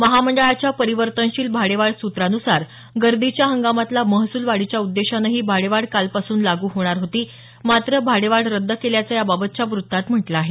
महामंडळाच्या परिवर्तनशील भाडेवाढ सुत्रानुसार गर्दीच्या हंगामातला महसूल वाढीच्या उद्देशानं ही भाडेवाढ कालपासून लागू होणार होती मात्र भाडेवाढ रद्द केल्याचं याबाबतच्या वृत्तात म्हटलं आहे